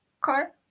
car